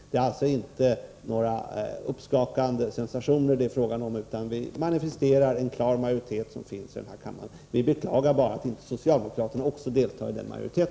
Det är alltså inte fråga om några uppskakande sensationer, utan vi manifesterar en klar majoritet i denna kammare. Vi beklagar bara att socialdemokraterna inte ingår i denna majoritet.